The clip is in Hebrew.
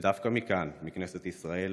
ודווקא מכאן, מכנסת ישראל,